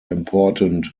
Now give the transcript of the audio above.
important